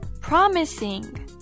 Promising